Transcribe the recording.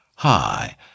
Hi